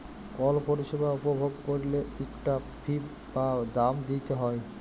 call পরিছেবা উপভগ ক্যইরলে ইকটা ফি বা দাম দিইতে হ্যয়